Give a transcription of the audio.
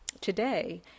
today